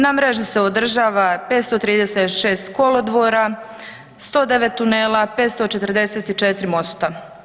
Na mreži se održava 536 kolodvora, 109 tunela, 544 mosta.